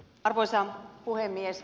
arvoisa puhemies